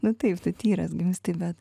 nu taip tu tyras gimsti bet